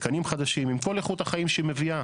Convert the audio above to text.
בתקנים חדשים עם כל איכות החיים שהיא מביאה,